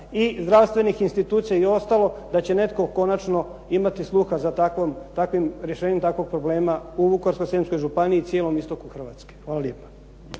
i zdravstvenih institucija i ostalog da će netko konačno imati sluha za takvim rješenjem takvog problema u Vukovarsko-srijemskoj županiji i cijelom istoku Hrvatske. Hvala lijepa.